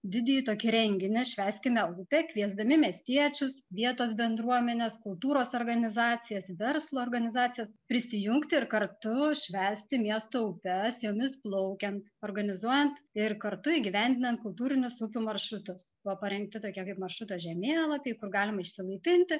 didįjį tokį renginį švęskime upę kviesdami miestiečius vietos bendruomenes kultūros organizacijas verslo organizacijas prisijungti ir kartu švęsti miesto upes jomis plaukiant organizuojant ir kartu įgyvendinant kultūrinius upių maršrutus buvo parengti tokie kaip maršruto žemėlapiai kur galima išsilaipinti